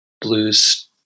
blues